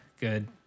good